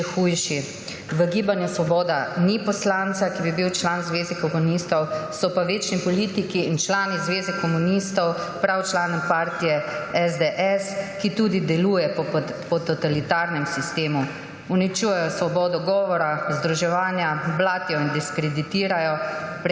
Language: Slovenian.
še hujši. V Gibanju Svoboda ni poslanca, ki bi bil član Zveze komunistov, so pa večni politiki in člani Zveze komunistov prav člani partije SDS, ki tudi deluje po totalitarnem sistemu. Uničujejo svobodo govora, združevanja, blatijo in diskreditirajo,